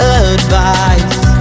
advice